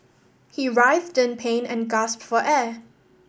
he writhed in pain and gasped for air